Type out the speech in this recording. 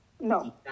No